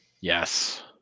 yes